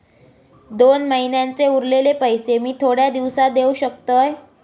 दोन महिन्यांचे उरलेले पैशे मी थोड्या दिवसा देव शकतय?